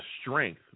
strength